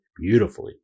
beautifully